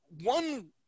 one